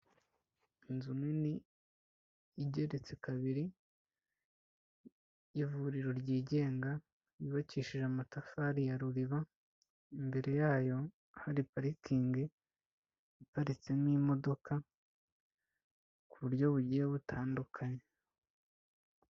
Inzu nini igeretse kabiri y' ivuriro ryigenga, yubakishije amatafari ya ruriba. Imbere yayo hari parikingi iparitsemo imodoka ku buryo bugiye butandukanye.